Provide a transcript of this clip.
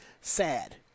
sad